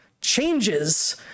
changes